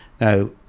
Now